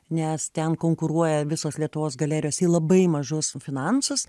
nes ten konkuruoja visos lietuvos galerijos į labai mažus finansus